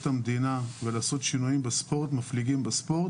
את המדינה ולעשות שינויים מפליגים בספורט,